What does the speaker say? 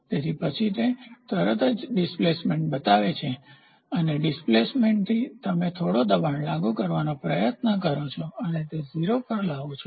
તેથી પછી તે તરત જ ડિસ્પ્લેસમેન્ટ બતાવે છે અને ડિસ્પ્લેસમેન્ટથી તમે થોડો દબાણ લાગુ કરવાનો પ્રયાસ કરો અને તેને 0 પર લાવો છો